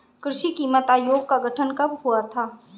कृषि कीमत आयोग का गठन कब हुआ था?